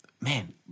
man